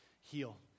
heal